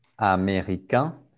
Américain